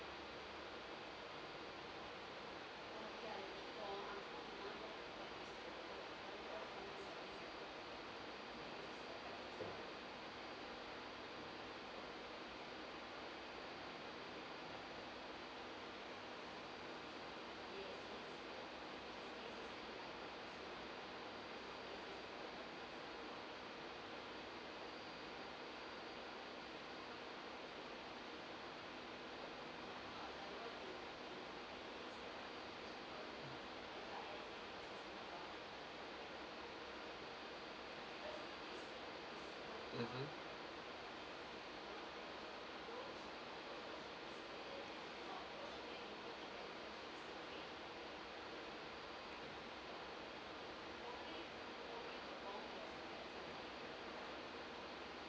mmhmm